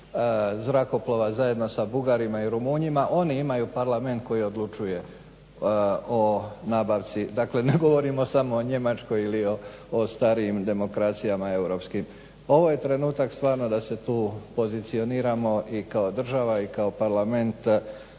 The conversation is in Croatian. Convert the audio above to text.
zrakoplova zajedno sa Bugarima i Rumunjima, oni imaju parlament koji odlučuje o nabavci. Dakle ne govorimo samo o Njemačkoj ili o starijim demokracijama europskim. Ovo je trenutak stvarno da se tu pozicioniramo i kao država i kao parlament